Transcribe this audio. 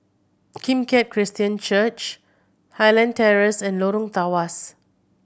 Kim Keat Christian Church Highland Terrace and Lorong Tawas